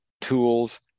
tools